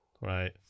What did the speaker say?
right